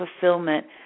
fulfillment